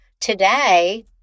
today